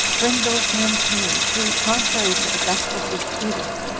bring those men to me, who, contrary to augustus's edict,